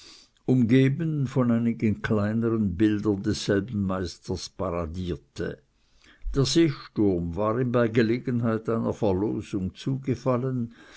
umgeben von einigen kleineren bildern desselben meisters paradierte der seesturm war ihm bei gelegenheit einer verlosung zugefallen